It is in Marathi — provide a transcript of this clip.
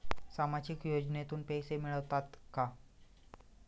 सामाजिक योजनेतून पैसे मिळतात का?